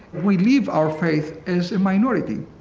we live our faith as a minority